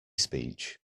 speech